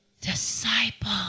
disciple